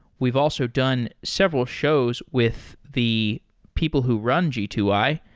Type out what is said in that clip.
we've also done several shows with the people who run g two i,